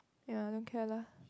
ya don't care lah